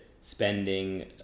spending